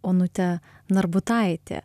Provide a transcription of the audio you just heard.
onutė narbutaitė